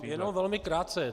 Jenom velmi krátce.